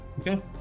okay